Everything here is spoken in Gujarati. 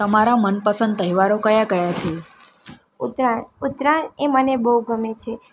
તમારા મનપસંદ તહેવારો કયા કયા છે ઉત્તરાયણ ઉત્તરાયણ એ મને બહુ ગમે છે